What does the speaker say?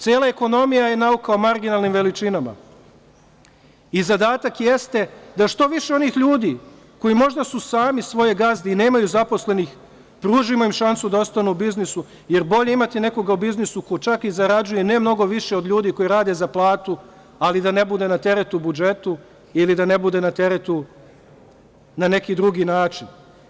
Cela ekonomija je nauka o marginalnim veličinama i zadatak jeste da što više onih ljudi, koji možda su sami svoje gazde i nemaju zaposlenih, pružimo im šansu da ostanu u biznisu, jer bolje je imati nekoga u biznisu ko čak i zarađuje ne mnogo više od ljudi koji rade za platu, ali da ne bude na teretu budžetu ili da ne bude na teretu na neki drugi način.